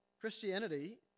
Christianity